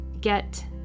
get